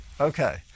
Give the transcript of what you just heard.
Okay